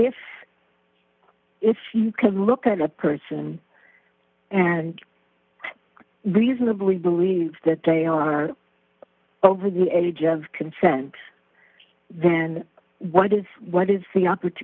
if if you can look at a person and reasonably believe that they are over the age of consent then what is what is the op